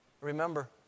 Remember